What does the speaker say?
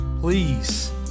Please